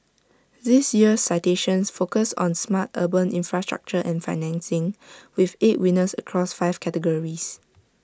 this year's citations focus on smart urban infrastructure and financing with eight winners across five categories